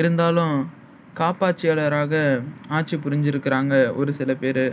இருந்தாலும் காப்பாட்சியாளராக ஆட்சி புரிஞ்சிக்ருக்கிறாங்க ஒரு சில பேர்